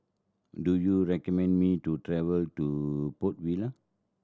do you recommend me to travel to Port Vila